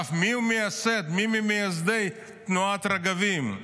מי ממייסדי תנועת רגבים,